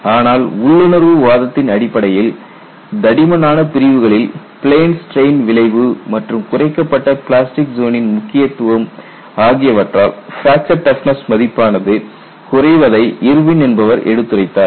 ஆனால் உள்ளுணர்வு வாதத்தின் அடிப்படையில் தடிமனான பிரிவுகளில் பிளேன் ஸ்ட்ரெயின் விளைவு மற்றும் குறைக்கப்பட்ட பிளாஸ்டிக் ஜோனின் முக்கியத்துவம் ஆகியவற்றால் பிராக்சர் டஃப்னஸ் மதிப்பானது குறைவதை இர்வின் என்பவர் எடுத்துரைத்தார்